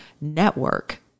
network